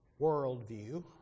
worldview